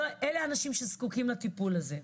אלה האנשים שזקוקים לטיפול הזה.